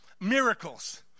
miracles